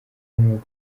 w’amaguru